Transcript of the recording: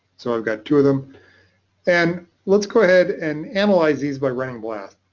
so i've got two of them and let's go ahead and analyze these by running blast.